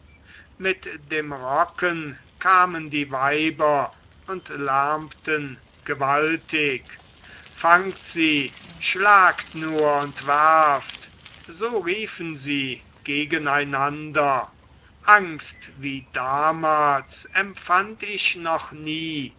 mit dem rocken kamen die weiber und lärmten gewaltig fangt sie schlagt nur und werft so riefen sie gegeneinander angst wie damals empfand ich noch nie